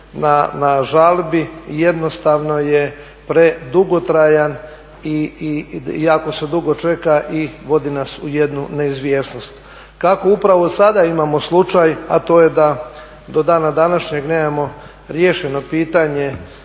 na žalbi jednostavno je predugotrajan i jako se dugo čeka i vodi nas u jednu neizvjesnost. Kako upravo sada imamo slučaj, a to je da do dana današnjeg nemamo riješeno pitanje